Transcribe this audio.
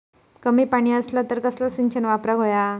कमी पाणी असला तर कसला सिंचन वापराक होया?